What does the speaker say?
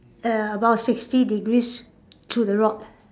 about sixty degrees to the rod